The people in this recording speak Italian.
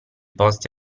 posti